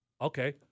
Okay